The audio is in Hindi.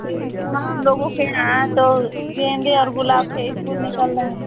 कैसा हम लोगों के यहाँ तो गेंदे और गुलाब के ही फूल निकल रहे हैं